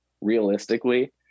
realistically